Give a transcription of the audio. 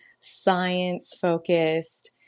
science-focused